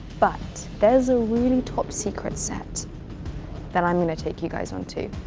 but, there's a really top secret set that i'm gonna take you guys on to.